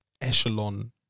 echelon